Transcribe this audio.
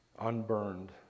unburned